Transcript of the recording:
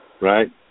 right